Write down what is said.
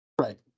Right